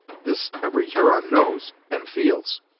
this every huron knows, and feels.